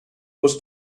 was